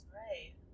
right